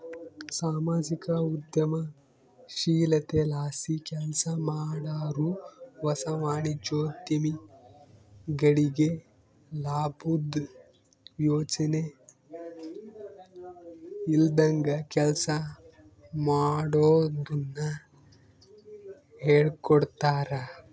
ಸಾಮಾಜಿಕ ಉದ್ಯಮಶೀಲತೆಲಾಸಿ ಕೆಲ್ಸಮಾಡಾರು ಹೊಸ ವಾಣಿಜ್ಯೋದ್ಯಮಿಗಳಿಗೆ ಲಾಬುದ್ ಯೋಚನೆ ಇಲ್ದಂಗ ಕೆಲ್ಸ ಮಾಡೋದುನ್ನ ಹೇಳ್ಕೊಡ್ತಾರ